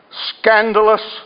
Scandalous